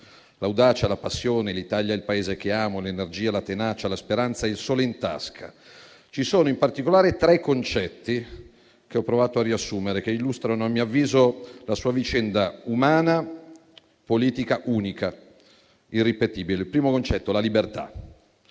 l'audacia, la passione, l'Italia è il Paese che amo, l'energia, la tenacia, la speranza e il sole in tasca. Ci sono, in particolare, tre concetti che ho provato a riassumere e che illustrano, a mio avviso, la sua vicenda umana e politica, unica e irripetibile. Il primo concetto è la libertà.